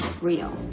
real